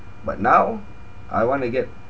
but now I want to get